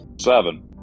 Seven